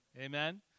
Amen